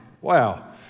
Wow